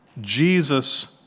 Jesus